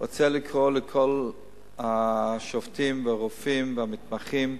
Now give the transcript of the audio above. רוצה לקרוא לכל השובתים, הרופאים והמתמחים: